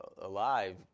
alive